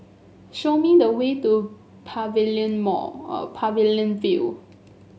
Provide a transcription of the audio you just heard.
show me the way to Pavilion Mall Pavilion View